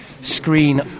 screen